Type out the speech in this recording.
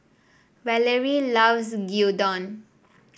Valarie loves Gyudon